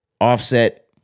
Offset